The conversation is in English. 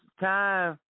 time